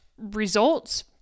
results